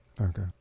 Okay